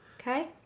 Okay